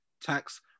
tax